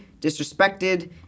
disrespected